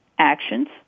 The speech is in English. Actions